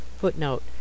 footnote